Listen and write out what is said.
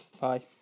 Bye